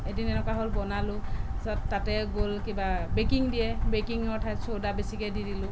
এদিন এনেকুৱা হ'ল বনালোঁ তাৰপিছত তাতে গ'ল কিবা বেকিং দিয়ে বেকিঙৰ ঠাইত চ'ডা বেছিকৈ দি দিলোঁ